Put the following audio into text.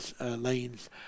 lanes